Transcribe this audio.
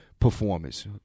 performance